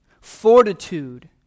fortitude